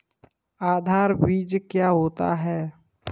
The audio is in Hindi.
आधार बीज क्या होता है?